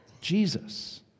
Jesus